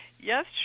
yes